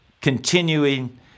continuing